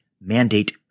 mandate